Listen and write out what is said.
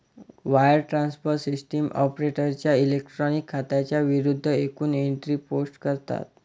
wire transfer system ऑपरेटरच्या electronic खात्यांच्या विरूद्ध एकूण एंट्री पोस्ट करतात